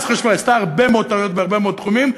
היא עשתה הרבה מאוד טעויות בהרבה מאוד תחומים,